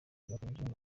bakanyujijeho